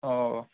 অ